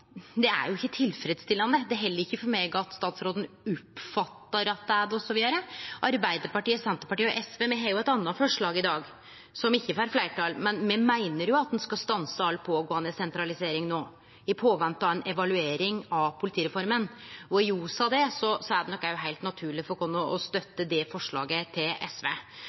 er jo ikkje tilfredsstillande – det held ikkje for meg at statsråden «oppfatter» at det er det, osv. Arbeidarpartiet, Senterpartiet og SV har eit anna forslag i dag, som ikkje får fleirtal, men me meiner at ein skal stanse all pågåande sentralisering no i påvente av ei evaluering av politireforma. I ljos av det er det nok òg heilt naturleg for oss å støtte det forslaget til SV.